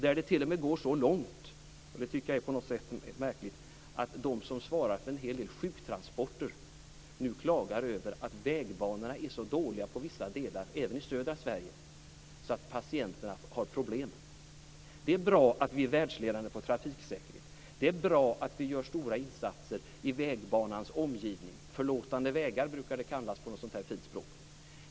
Det har t.o.m. gått så långt, och det tycker jag är märkligt, att de som svarar för en hel del sjuktransporter har klagat över att vägbanorna är så dåliga på vissa delar, även i södra Sverige, att patienterna får problem. Det är bra att vi är världsledande på trafiksäkerhet. Det är bra att vi gör stora insatser i vägbanans omgivning. Det brukar kallas förlåtande vägar på något fint språk.